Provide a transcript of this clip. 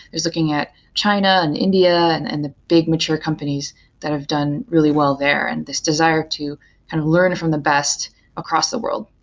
is looking at china and india and and the big mature companies that have done really wel l there, and this desire to and learn from the best across the wor ld.